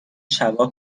شبا